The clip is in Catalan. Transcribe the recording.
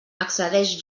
excedeix